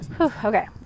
Okay